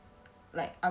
like I